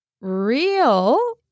real